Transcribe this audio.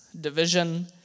division